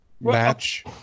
match